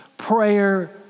prayer